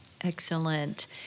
Excellent